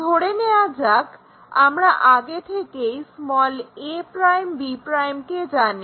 ধরে নেয়া যাক আমরা আগে থেকেই a'b' কে জানি